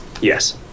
yes